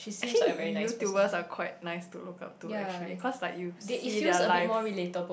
actually Youtubers are quite nice to look out to actually cause like you see their life